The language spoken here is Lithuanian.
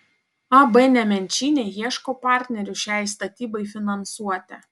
ab nemenčinė ieško partnerių šiai statybai finansuoti